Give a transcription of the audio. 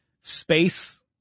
space